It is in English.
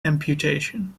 amputation